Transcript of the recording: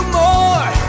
more